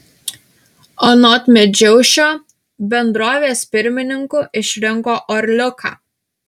anot medžiaušio bendrovės pirmininku išrinko orliuką